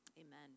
amen